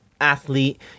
athlete